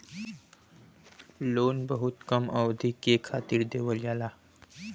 loan बहुत कम अवधि के खातिर देवल जाला